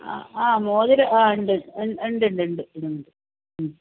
ആ ആ മോതിരം ആ ഉണ്ട് ഉണ്ട് ഉണ്ട് ഉണ്ട് മ്